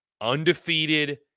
Undefeated